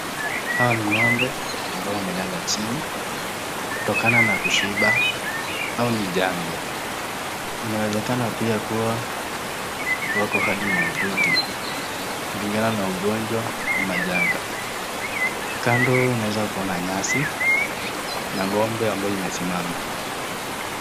Hawa ni ng'ombe ambao wamelala chini, kutokana na kushiba au ni janga. Inawezekana pia wako hali mahututi kulingana na ugonjwa ama janga. Kando unaweza kuona nyasi na ng'ombe ambayo imesimama.